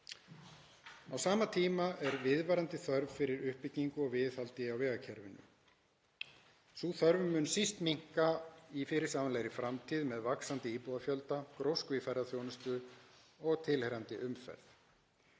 Á sama tíma er viðvarandi þörf fyrir uppbyggingu og viðhald á vegakerfinu. Sú þörf mun síst minnka í fyrirsjáanlegri framtíð með vaxandi íbúafjölda, grósku í ferðaþjónustu og tilheyrandi umferð.